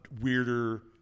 weirder